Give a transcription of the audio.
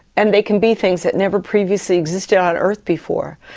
and they can be things that never previously existed on earth before.